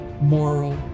moral